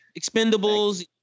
expendables